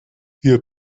wir